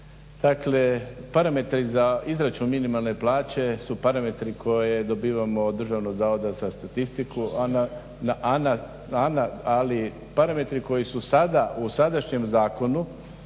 Dakle parametri za izračun minimalne plaće su parametri koje dobivamo od Državnog zavoda za statistiku ali parametri koji su sada u sadašnjem zakonu